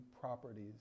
properties